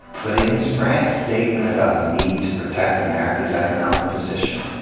but in his frank statement about the need to protect america's economic position,